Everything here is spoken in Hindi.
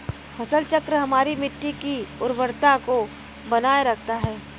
फसल चक्र हमारी मिट्टी की उर्वरता को बनाए रखता है